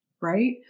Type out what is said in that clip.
right